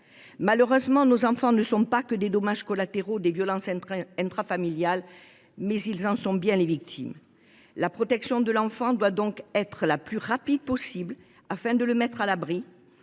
Malheureusement, nos enfants ne sont pas que les dommages collatéraux des violences intrafamiliales : ils en sont les victimes. Leur protection doit donc être la plus rapide possible, afin de les mettre à l’abri